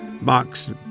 box